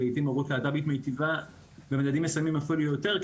שלעיתים הורות להט"בית מיטיבה במדדים מסוימים אפילו יותר,